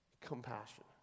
compassion